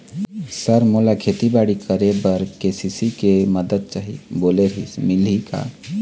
Sir मोला खेतीबाड़ी करेबर के.सी.सी के मंदत चाही बोले रीहिस मिलही का?